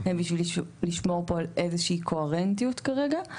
הן בשביל לשמור פה על איזה שהיא קוהרנטיות כרגע.